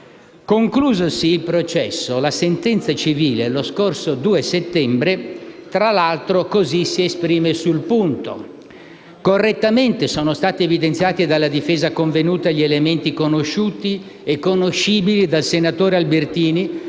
Conclusosi il processo, la sentenza civile, lo scorso 2 settembre, tra l'altro, così si esprime sul punto: «Correttamente sono stati evidenziati, dalla difesa convenuta, gli elementi conosciuti e conoscibili dal senatore Albertini